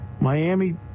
Miami